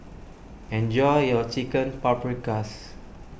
enjoy your Chicken Paprikas